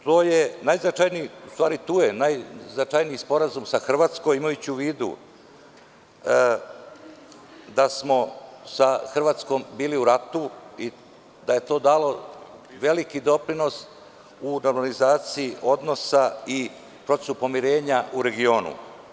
Tu je najznačajniji sporazum sa Hrvatskom, imajući u vidu da smo sa Hrvatskom bili u ratu i da je to dalo veliki doprinos u normalizaciji odnosa i procesu pomirenja u regionu.